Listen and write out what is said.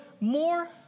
more